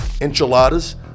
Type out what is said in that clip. enchiladas